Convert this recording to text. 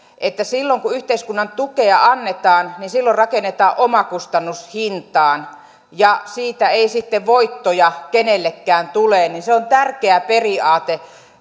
että silloin kun yhteiskunnan tukea annetaan silloin rakennetaan omakustannushintaan ja siitä ei sitten voittoja kenellekään tule se on tärkeä periaate